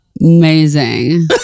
Amazing